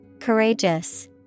Courageous